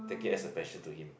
the guest attention to him